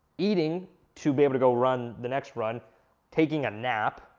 eating to be able to go run the next run taking a nap,